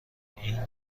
این